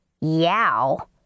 Yow